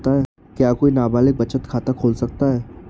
क्या कोई नाबालिग बचत खाता खोल सकता है?